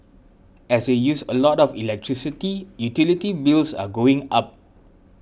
as they use a lot of electricity utility bills are going up